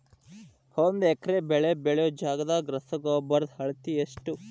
ಒಂದ್ ಎಕರೆ ಬೆಳೆ ಬೆಳಿಯೋ ಜಗದಾಗ ರಸಗೊಬ್ಬರದ ಅಳತಿ ಎಷ್ಟು?